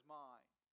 mind